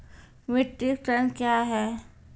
Metric ton कया हैं?